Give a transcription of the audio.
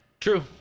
True